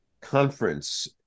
conference